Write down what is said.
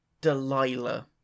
Delilah